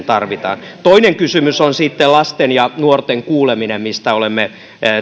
tarvitaan toinen kysymys on sitten lasten ja nuorten kuuleminen mistä olemme